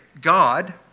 God